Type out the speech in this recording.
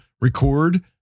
record